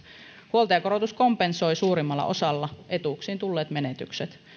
huoltajakorotus kompensoi suurimmalla osalla etuuksiin tulleet menetykset